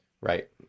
Right